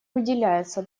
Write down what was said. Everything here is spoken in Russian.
уделяется